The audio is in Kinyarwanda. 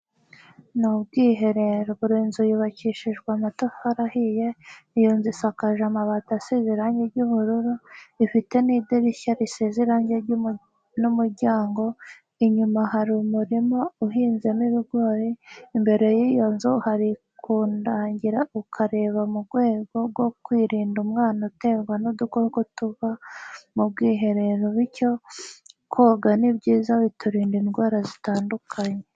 Ni ubwiherero buri mu nzu yubakishijwe amatafari ahiye, iyo nzu isakaje amabati asize irange ry'ubururu, ifite n'idirishya risize irange n'umuryango, inyuma hari umurima uhinzemo ibigori, imbere y'iyo nzu hari kandagira ukarabe mu rwego rwo kwirinda umwanda uterwa n'udukoko tuva mu bwiherero, bityo koga ni byiza biturinda indwara zitandukanye.